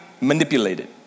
manipulated